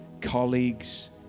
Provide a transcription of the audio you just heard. colleagues